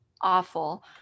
awful